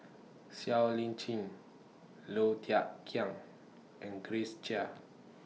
Siow Lee Chin Low Thia Khiang and Grace Chia